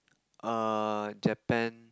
err Japan